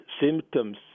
symptoms